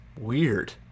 weird